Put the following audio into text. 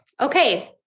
Okay